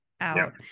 out